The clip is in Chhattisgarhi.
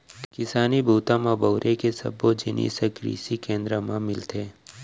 किसानी बूता म बउरे के सब्बो जिनिस ह कृसि केंद्र म मिलथे